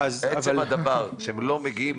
עצם הדבר שהם לא מגיעים